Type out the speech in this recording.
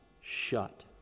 shut